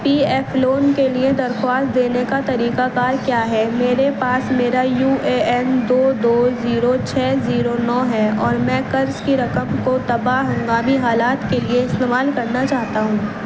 پی F loan کے لیے درخواست دینے کا طریقہ کار کیا ہے میرے پاس میرا یو اے این دو دو زیرو چھ زیرو نو ہے اور میں قرض کی رقم کو طبع ہنگامی حالات کے لیے استعمال کرنا چاہتا ہوں